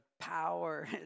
power